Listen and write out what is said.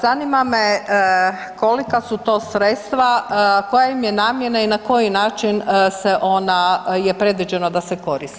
Zanima me kolika su to sredstva, koja im je namjena i na koji način se ona, je predviđeno da se koriste?